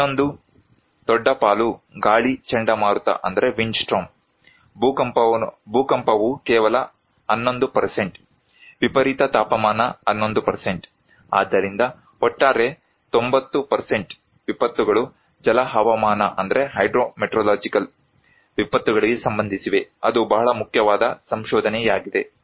ಇನ್ನೊಂದು ದೊಡ್ಡ ಪಾಲು ಗಾಳಿ ಚಂಡಮಾರುತ ಭೂಕಂಪವು ಕೇವಲ 11 ವಿಪರೀತ ತಾಪಮಾನ 11 ಆದ್ದರಿಂದ ಒಟ್ಟಾರೆ 90 ವಿಪತ್ತುಗಳು ಜಲ ಹವಾಮಾನ ವಿಪತ್ತುಗಳಿಗೆ ಸಂಬಂಧಿಸಿವೆ ಅದು ಬಹಳ ಮುಖ್ಯವಾದ ಸಂಶೋಧನೆಯಾಗಿದೆ